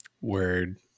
Word